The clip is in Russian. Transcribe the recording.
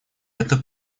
это